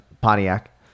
Pontiac